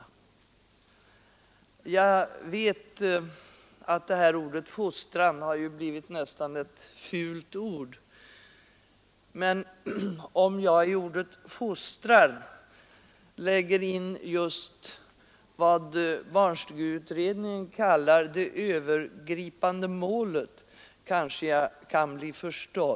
Jag vet att det här ordet fostran nästan har blivit ett fult ord. Men om jag i det ordet lägger in just vad barnstugeutredningen kallar för det övergripande målet kanske jag kan bli förstådd.